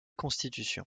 constitution